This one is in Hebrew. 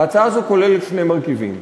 ההצעה הזאת כוללת שני מרכיבים.